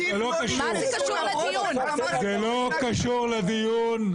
זה לא קשור לדיון.